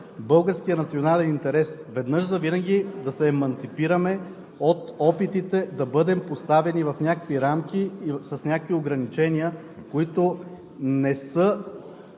българския национален интерес – веднъж завинаги да се еманципираме от опитите да бъдем поставени в някакви рамки, в някакви ограничения, които не са